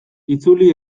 itzuli